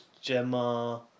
Gemma